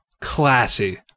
Classy